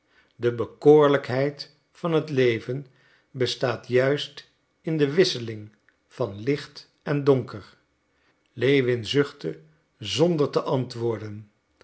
de bekoorlijkheid van het leven bestaat juist in de wisseling van licht en donker lewin zuchtte zonder te antwoorden